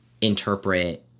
interpret